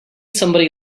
somebody